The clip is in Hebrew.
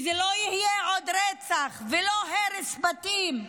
וזה לא יהיה עוד רצח ולא הרס בתים,